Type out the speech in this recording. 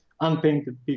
unpainted